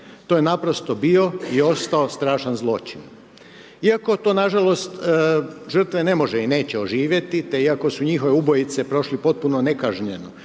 To je naprosto bio i ostao strašan zločin. Iako to nažalost, žrtve ne može i neće oživjeti, te iako su njihove ubojice prošli potpuno nekažnjeno